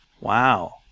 Wow